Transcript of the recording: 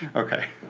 okay.